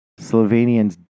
Slovenian's